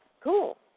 cool